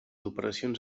operacions